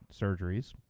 surgeries